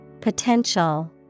Potential